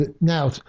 Now